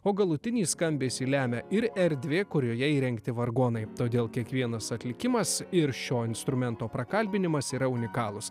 o galutinį skambesį lemia ir erdvė kurioje įrengti vargonai todėl kiekvienas atlikimas ir šio instrumento prakalbinimas yra unikalūs